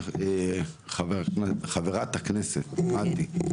חברת הכנסת מטי.